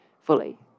fully